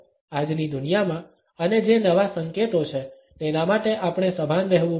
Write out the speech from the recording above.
આજની દુનિયામાં અને જે નવા સંકેતો છે તેના માટે આપણે સભાન રહેવું પડશે